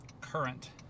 Current